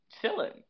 chilling